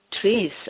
trees